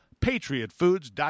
PatriotFoods.com